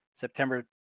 September